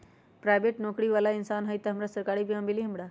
Private नौकरी बाला इंसान हई त हमरा सरकारी बीमा मिली हमरा?